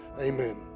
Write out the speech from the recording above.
Amen